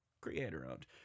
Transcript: creator-owned